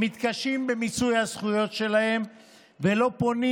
הם מתקשים במיצוי הזכויות שלהם ולא פונים